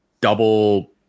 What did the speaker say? double